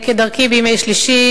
כדרכי בימי שלישי,